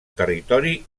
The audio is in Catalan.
territori